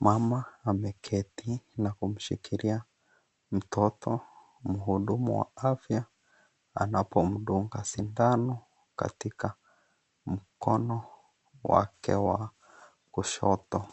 Mama ameketi na kumshikilia mtoto, muhudumu wa afya anapomdunga sindano, katika mkono wake wa kushoto